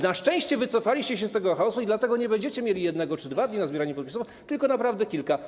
Na szczęście wycofaliście się z tego chaosu i dlatego nie będziecie mieli 1 dnia czy 2 dni na zbieranie podpisów, tylko tak naprawdę kilka.